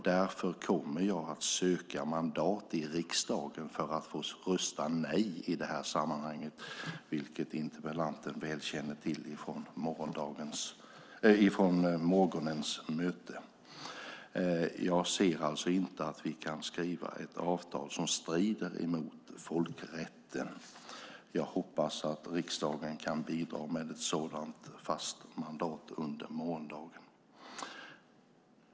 Därför kommer jag att söka mandat i riksdagen för att få rösta nej i det här sammanhanget, vilket interpellanten väl känner till från morgonens möte. Jag ser alltså inte att vi kan skriva ett avtal som strider mot folkrätten. Jag hoppas att riksdagen kan bidra med ett sådant fast mandat under morgondagen.